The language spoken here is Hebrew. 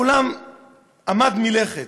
העולם עמד מלכת.